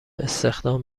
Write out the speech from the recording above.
استخدام